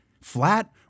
Flat